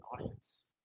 audience